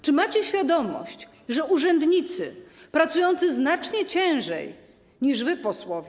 Czy macie świadomość, że urzędnicy, pracujący znacznie ciężej niż wy, posłowie.